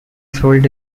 sold